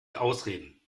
ausreden